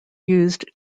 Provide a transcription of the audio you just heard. used